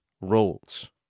roles